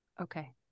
Okay